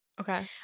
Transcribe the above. Okay